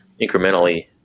incrementally